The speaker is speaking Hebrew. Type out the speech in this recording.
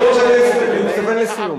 אני רוצה להתכוון לסיום.